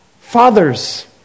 Fathers